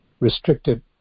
restricted